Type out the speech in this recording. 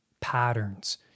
patterns